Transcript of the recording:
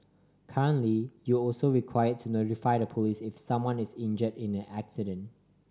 currently you're also require to notify the police if someone is injured in an accident